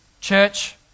Church